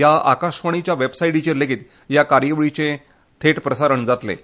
ह्या आकाशवाणीच्या वॅबसायटीचेर लेगीत ह्या कार्यावळीचें प्रसारण जातलें